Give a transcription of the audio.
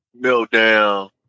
meltdown